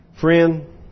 Friend